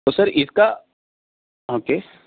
تو سر اس کا اوکے